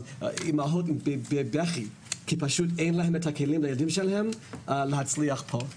אימהות בבכי כי פשוט אין להן את הכלים לילדים שלהם להצליח פה.